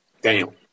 Daniel